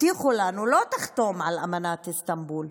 הבטיחו לנו לא שתחתום על אמנת איסטנבול.